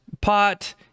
pot